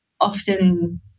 often